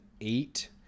eight